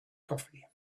coffee